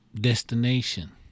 destination